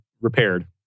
repaired